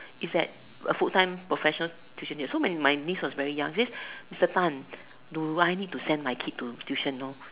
it's like a full time professional tuition so when my my niece was very young she said Mr Tan do I need to send my kids to tuition know